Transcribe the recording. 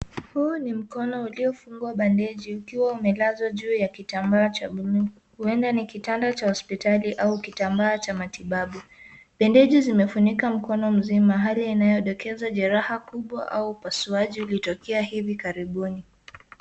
Huu ni mkono uliofungwa bandeji ukiwa umelazwa juu ya kitambaa cha buluu. Huenda ni kitanda cha hospitali au kitambaa cha matibabu. Bandeji zimefunika mkono mzima hali inayodokeza jeraha kubwa au upasuaji ulitokea hivi karibuni.